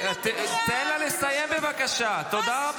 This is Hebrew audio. לסיים.